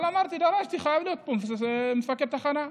אבל אמרתי, דרשתי: חייב להיות פה מפקד תחנה,